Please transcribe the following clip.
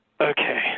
okay